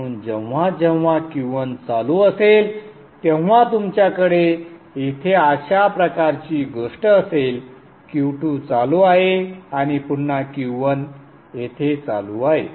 म्हणून जेव्हा जेव्हा Q1 चालू असेल तेव्हा तुमच्याकडे येथे अशा प्रकारची गोष्ट असेल Q2 चालू आहे आणि पुन्हा Q1 येथे चालू आहे